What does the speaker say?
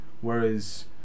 whereas